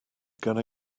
gonna